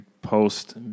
post